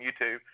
YouTube